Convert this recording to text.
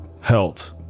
health